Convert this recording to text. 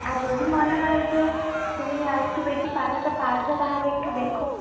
আর যদি মনে হয় যে তুমি আর একটু বেশি পাঠাতে পারবে তাহলে একটু দেখো